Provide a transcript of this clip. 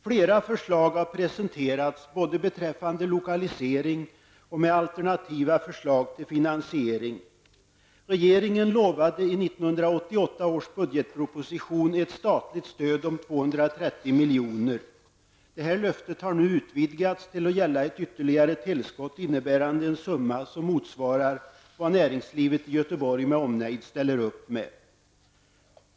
Flera förslag har presenterats beträffande lokalisering och med alternativa förslag till finansiering. Regeringen lovade i 1988 års budgetproposition ett statligt stöd om 230 milj.kr. Det löftet har utvidgats till att gälla ett ytterligare tillskott innebärande en summa som motsvarar vad näringslivet i Göteborg med omnejd ställer upp med.